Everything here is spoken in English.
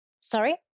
Sorry